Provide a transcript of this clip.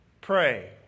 Pray